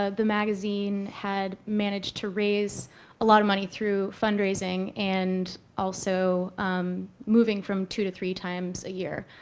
ah the magazine had managed to raise a lot of money through fundraising and also moving from two to three times a year.